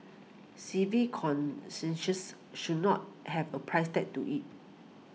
civic conscious should not have a price tag to it